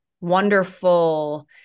wonderful